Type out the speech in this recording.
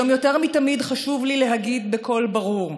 היום יותר מתמיד חשוב לי להגיד בקול ברור,